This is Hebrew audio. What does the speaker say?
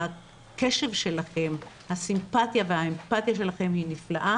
הקשב שלכם, הסימפטיה והאמפטיה שלכם היא נפלאה.